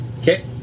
Okay